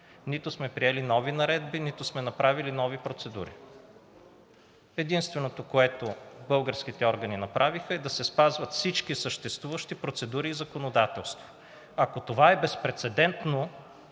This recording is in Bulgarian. нито сме приели нови наредби, нито сме направили нови процедури. Единственото, което българските органи направиха, е да се спазват всички съществуващи процедури и законодателство. Ако това е безпрецедентно